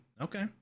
okay